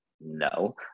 no